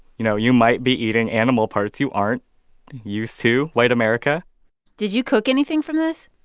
you know, you might be eating animal parts you aren't used to, white america did you cook anything from this?